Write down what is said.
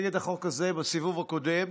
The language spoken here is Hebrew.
לחוק הזה בסיבוב הקודם